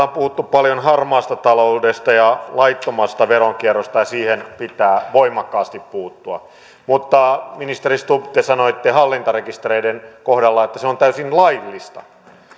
on puhuttu paljon harmaasta taloudesta ja laittomasta veronkierrosta ja siihen pitää puuttua voimakkaasti mutta ministeri stubb te sanoitte hallintarekistereiden kohdalla että se on täysin laillista